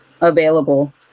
available